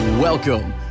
Welcome